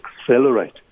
accelerate